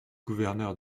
gouverneur